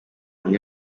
umwe